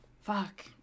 Fuck